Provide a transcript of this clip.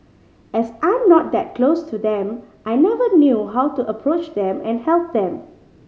as I'm not that close to them I never knew how to approach them and help them